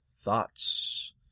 Thoughts